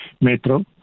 Metro